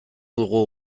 dugu